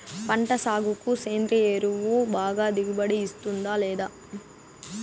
పంట సాగుకు సేంద్రియ ఎరువు బాగా దిగుబడి ఇస్తుందా లేదా